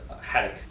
haddock